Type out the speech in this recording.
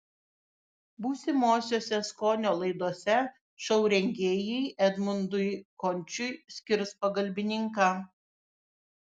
būsimosiose skonio laidose šou rengėjai edmundui končiui skirs pagalbininką